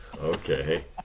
Okay